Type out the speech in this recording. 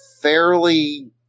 fairly